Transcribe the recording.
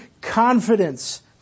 confidence